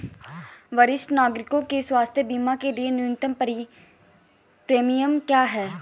वरिष्ठ नागरिकों के स्वास्थ्य बीमा के लिए न्यूनतम प्रीमियम क्या है?